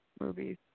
Movies